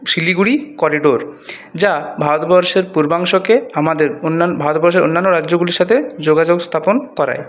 Siliguri corridor যা ভারতবর্ষের পূর্বাংশকে আমাদের অন্যান্য ভারতবর্ষের অন্যান্য রাজ্যগুলির সাথে যোগাযোগ স্থাপন করায়